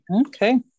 okay